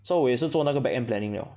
所以我也是做那个 back end planning liao